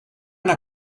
not